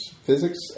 physics